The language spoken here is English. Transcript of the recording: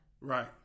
Right